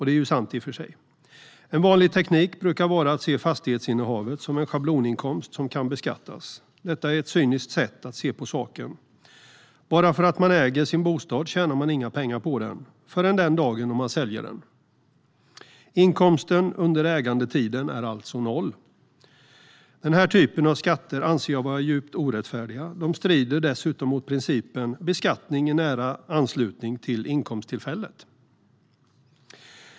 Det är i och för sig sant. En vanlig teknik brukar vara att se fastighetsinnehavet som en schabloninkomst som kan beskattas. Detta är ett cyniskt sätt att se på saken. Bara för att man äger sin bostad tjänar man inga pengar på den - inte förrän den dagen då man säljer den. Inkomsten under ägandetiden är alltså noll. Den här typen av skatter anser jag vara djupt orättfärdiga. De strider dessutom mot principen beskattning i nära anslutning till inkomsttillfället.